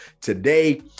Today